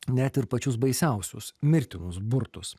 net ir pačius baisiausius mirtinus burtus